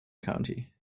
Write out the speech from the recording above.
county